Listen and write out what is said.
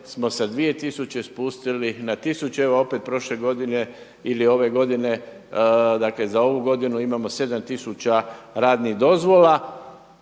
tisuće spustili na tisući. Evo opet prošle godine ili ove godine dakle za ovu godinu imamo sedam tisuća radnih dozvola,